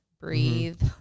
breathe